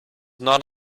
not